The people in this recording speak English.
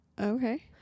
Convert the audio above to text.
Okay